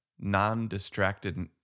non-distracted